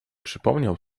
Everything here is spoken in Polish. przypomniał